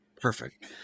perfect